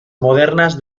modernas